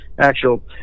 actual